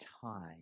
time